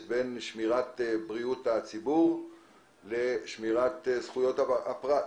בין שמירה על בריאות הציבור לבין שמירה על זכויות הפרט.